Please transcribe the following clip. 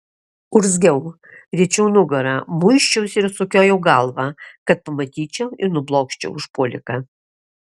urzgiau riečiau nugarą muisčiausi ir sukiojau galvą kad pamatyčiau ir nublokščiau užpuoliką